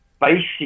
basic